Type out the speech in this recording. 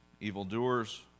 evildoers